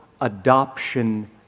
adoption